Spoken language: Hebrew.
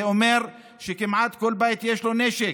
זה אומר שכמעט כל בית יש לו נשק.